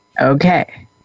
Okay